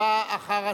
חברי הכנסת,